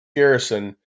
garrison